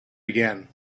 again